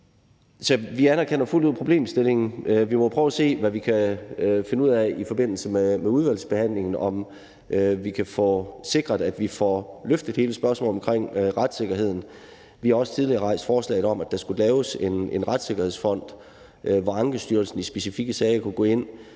vi anerkender fuldt ud problemstillingen, og vi må prøve at se, hvad vi kan finde ud af i forbindelse med udvalgsbehandlingen, altså om vi kan få sikret, at vi kan få løftet hele spørgsmålet om retssikkerheden. Vi har også tidligere fremsat et forslag om, at der skulle laves en retssikkerhedsfond, hvor Ankestyrelsen i specifikke sager kunne gå ind